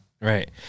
Right